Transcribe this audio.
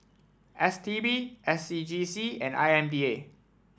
S T B S C G C and I M D A